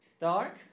Dark